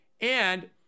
And-